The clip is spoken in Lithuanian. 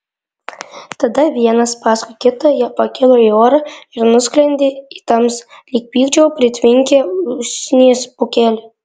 tada vienas paskui kitą jie pakilo į orą ir nusklendė į tamsą lyg pykčio pritvinkę usnies pūkeliai